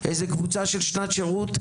או איזו קבוצה של שנת שירות,